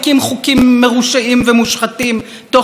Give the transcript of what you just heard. תוך שהם נושאים את שמה של הדמוקרטיה לשווא,